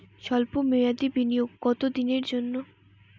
সল্প মেয়াদি বিনিয়োগ কত দিনের জন্য?